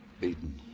Beaten